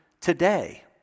today